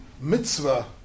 mitzvah